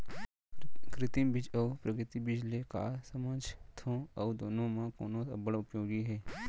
कृत्रिम बीज अऊ प्राकृतिक बीज ले का समझथो अऊ दुनो म कोन अब्बड़ उपयोगी हे?